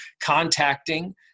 contacting